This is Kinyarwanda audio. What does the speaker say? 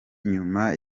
nyuma